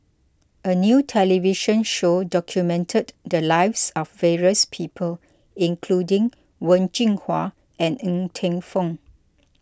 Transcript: a new television show documented the lives of various people including Wen Jinhua and Ng Teng Fong